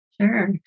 Sure